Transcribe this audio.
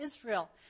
Israel